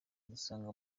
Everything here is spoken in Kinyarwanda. dusanga